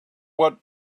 what